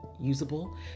usable